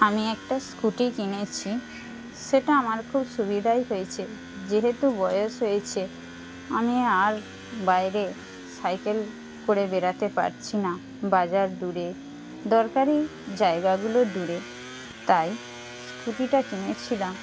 আমি একটা স্কুটি কিনেছি সেটা আমার খুব সুবিধাই হয়েছে যেহেতু বয়স হয়েছে আমি আর বাইরে সাইকেল করে বেড়াতে পারছি না বাজার দূরে দরকারি জায়গাগুলো দূরে তাই স্কুটিটা কিনেছিলাম